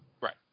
Right